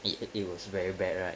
it it was very bad right